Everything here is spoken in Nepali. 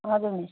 हजुर मिस